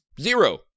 zero